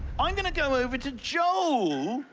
i'm going to go over to joel,